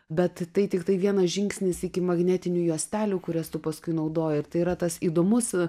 bet tai tiktai vienas žingsnis iki magnetinių juostelių kurias tu paskui naudoji ir tai yra tas įdomus